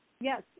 Yes